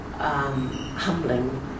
Humbling